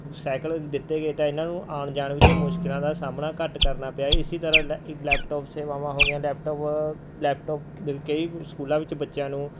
cycle ਦਿੱਤੇ ਗਏ ਤਾਂ ਇਹਨਾਂ ਨੂੰ ਆਉਣ ਜਾਣ ਵਿੱਚ ਮੁਸ਼ਕਿਲਾਂ ਦਾ ਸਾਹਮਣਾ ਘੱਟ ਕਰਨਾ ਪਿਆ ਇਸ ਤਰ੍ਹਾਂ ਲੈ ਲੈਪਟੋਪ ਸੇਵਾਵਾਂ ਹੋ ਗਈਆਂ ਲੈਪਟੋਪ ਲੈਪਟੋਪ ਕਈ ਸਕੂਲਾਂ ਵਿੱਚ ਬੱਚਿਆਂ ਨੂੰ